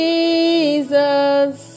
Jesus